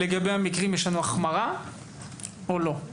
לגבי המקרים יש החמרה או לא?